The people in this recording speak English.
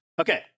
Okay